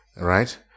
Right